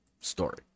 story